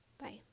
Bye